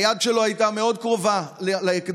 היד שלו הייתה מאוד קרובה לאקדח,